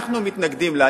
אנחנו מתנגדים לה.